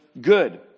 good